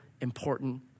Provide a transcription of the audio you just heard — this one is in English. important